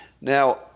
Now